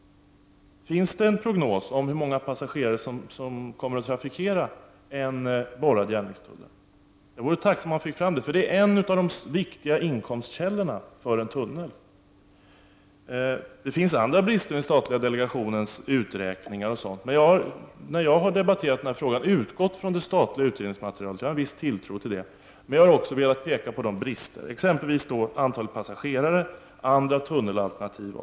Finns det någon prognos över hur många passagerare som kommer att trafikera en borrad järnvägstunnel? Jag vore tacksam om det gick att få fram det. Det är en av de viktiga inkomstkällorna för en tunnel. Det finns andra brister i den statliga delegationens utredningar o.d. När jag debatterat denna fråga har jag dock utgått ifrån det statliga utredningsmaterialet. Jag har en viss tilltro till det. Men jag har också velat peka på bristerna, exempelvis när det gäller antalet passagerare och andra tunnelal ternativ.